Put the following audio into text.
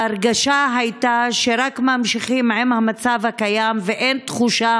ההרגשה הייתה שרק ממשיכים את המצב הקיים ואין תחושה